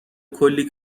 کلی